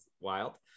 wild